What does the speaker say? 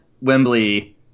Wembley